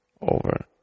over